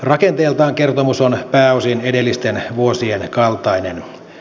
rakenteeltaan kertomus on pääosin edellisten vuosien kaltainen